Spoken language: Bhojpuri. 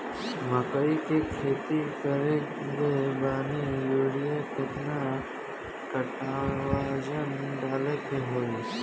मकई के खेती कैले बनी यूरिया केतना कट्ठावजन डाले के होई?